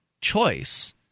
choice